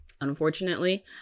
Unfortunately